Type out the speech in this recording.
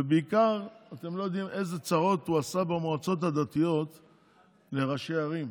ובעיקר אתם לא יודעים איזה צרות הוא עשה במועצות הדתיות לראשי ערים.